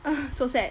ugh so sad